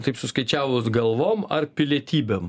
taip suskaičiavus galvom ar pilietybėm